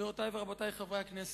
גבירותי ורבותי חברי הכנסת,